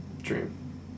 dream